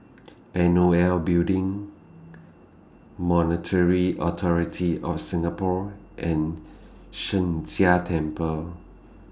N O L Building Monetary Authority of Singapore and Sheng Jia Temple